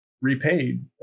repaid